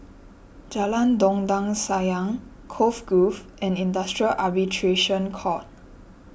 Jalan Dondang Sayang Cove Grove and Industrial Arbitration Court